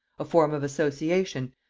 a form of association,